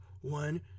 one